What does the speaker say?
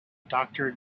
doctor